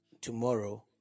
tomorrow